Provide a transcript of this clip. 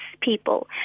people